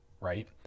right